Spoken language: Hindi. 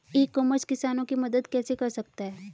ई कॉमर्स किसानों की मदद कैसे कर सकता है?